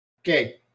okay